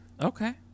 Okay